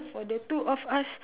for the two of us